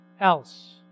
else